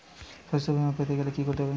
শষ্যবীমা পেতে গেলে কি করতে হবে?